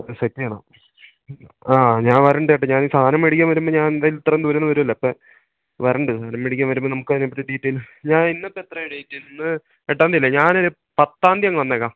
set ചെയ്യണം ആ ഞാൻ വരുന്നുണ്ട് ചേട്ടാ ഞാനീ സാധനം മേടിക്കാൻ വരുമ്പോള് ഞാനെന്തായാലും ഇത്രയും ദൂരെനിന്ന് വരികയല്ലെ അപ്പോള് വരുന്നുണ്ട് സാധനം മേടിക്കാൻ വരുമ്പോള് നമുക്ക് അതിനെപ്പറ്റി ഡീറ്റെയിൽ ഞാൻ ഇന്നിപ്പോള് എത്രയാണ് ഡേയ്റ്റ് ഇന്ന് എട്ടാം തീയതിയല്ലേ ഞാനൊരു പത്താം തീയതി അങ്ങ് വന്നേക്കാം